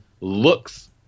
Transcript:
looks